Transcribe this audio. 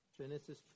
Genesis